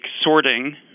sorting